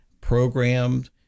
programmed